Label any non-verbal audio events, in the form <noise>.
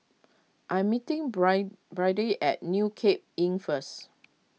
I'm meeting <unintelligible> Byrdie at New Cape Inn first